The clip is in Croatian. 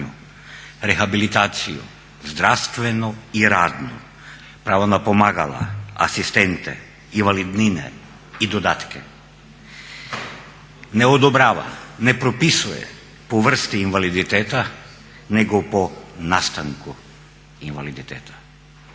pravo na pomagala, asistente, invalidnine i dodatke ne odobrava, ne propisuje po vrsti invaliditeta nego po nastanku invaliditeta.